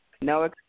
No